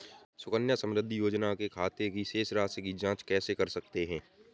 सुकन्या समृद्धि योजना के खाते की शेष राशि की जाँच कैसे कर सकते हैं?